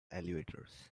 elevators